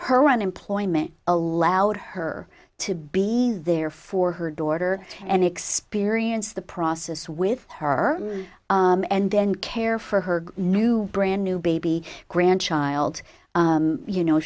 her unemployment allowed her to be there for her daughter and experience the process with her and then care for her new brand new baby grandchild you know